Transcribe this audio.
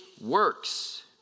works